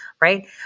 right